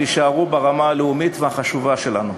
והישארו ברמה הלאומית והחשובה שלנו.